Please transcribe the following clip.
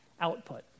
output